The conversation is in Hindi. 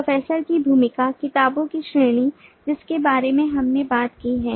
प्रोफेसर की भूमिका किताबों की श्रेणी जिसके बारे में हमने बात की है